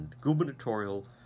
gubernatorial